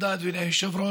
תודה, אדוני היושב-ראש.